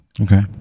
Okay